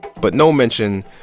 but no mention,